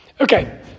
Okay